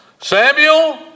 Samuel